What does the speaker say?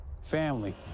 family